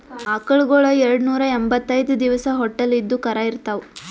ಆಕಳಗೊಳ್ ಎರಡನೂರಾ ಎಂಭತ್ತೈದ್ ದಿವಸ್ ಹೊಟ್ಟಲ್ ಇದ್ದು ಕರಾ ಈತಾವ್